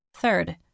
Third